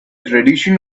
tradition